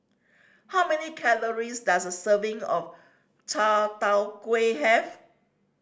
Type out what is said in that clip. how many calories does a serving of Chai Tow Kuay have